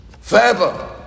forever